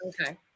Okay